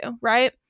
right